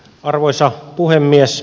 arvoisa puhemies